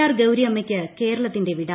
R ഗൌരിയമ്മയ്ക്ക് കേരളത്തിന്റെ വിട